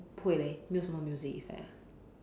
不会 leh 没有什么：mei you shen me music effect